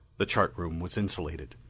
the chart room was insulated.